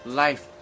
life